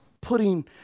putting